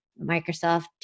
Microsoft